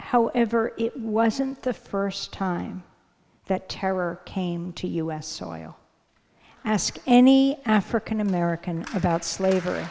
however wasn't the first time that terror came to us soil ask any african american about slavery